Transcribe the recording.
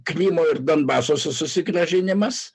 krymo ir donbaso susigrąžinimas